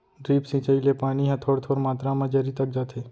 drip सिंचई ले पानी ह थोर थोर मातरा म जरी तक जाथे